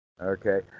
Okay